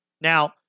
Now